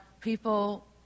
people